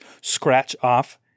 scratch-off